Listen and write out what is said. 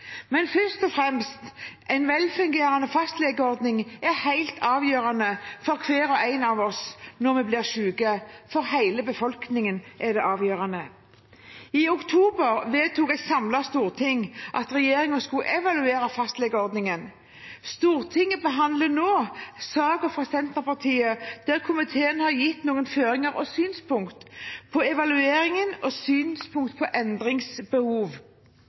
Men først og fremst er en velfungerende fastlegeordning helt avgjørende for hver og en av oss når vi blir syke. For hele befolkningen er det avgjørende. I oktober vedtok et samlet storting at regjeringen skulle evaluere fastlegeordningen. Stortinget behandler nå saken fra Senterpartiet, og komiteen har gitt noen føringer og synspunkter på evalueringen og på endringsbehov.